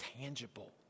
tangible